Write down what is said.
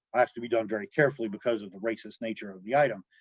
to be done very carefully because of the racist nature of the item,